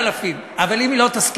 8,000. אבל אם היא לא תסכים,